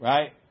Right